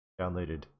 downloaded